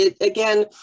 Again